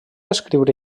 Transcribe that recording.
escriure